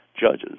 judges